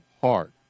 heart